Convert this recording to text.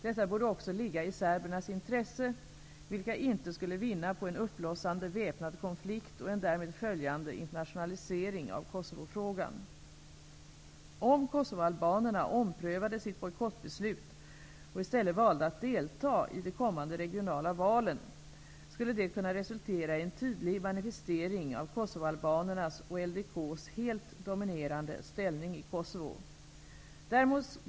Detta borde också ligga i serbernas intresse, vilka inte skulle vinna på en uppblossande väpnad konflikt och en därmed följande internationalisering av Kosovofrågan. Om kosovoalbanerna omprövade sitt bojkottbeslut och i stället valde att delta i de kommande regionala valen, skulle det kunna resultera i en tydlig manifestering av kosovoalbanernas och LDK:s helt dominerande ställning i Kosovo.